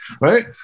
right